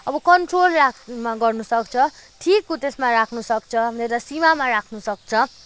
अब कन्ट्रोल राख्न गर्न सक्छ ठिक उ त्यसमा राख्न सक्छ एउटा सीमामा राख्न सक्छ